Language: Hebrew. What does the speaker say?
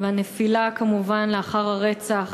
והנפילה כמובן, לאחר הרצח